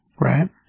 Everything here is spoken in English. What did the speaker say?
Right